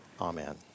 Amen